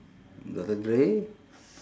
doctor dre